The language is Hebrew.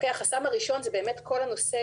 החסם הראשון - עלויות